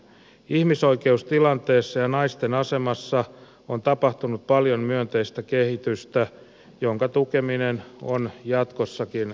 ihmisoikeustilanteessa ja naisten asemassa on tapahtunut paljon myönteistä kehitystä jonka tukeminen on jatkossakin tärkeää